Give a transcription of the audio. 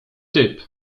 typ